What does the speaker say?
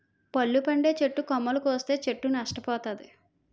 పళ్ళు పండే చెట్టు కొమ్మలు కోస్తే చెట్టు నష్ట పోతాది